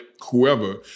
whoever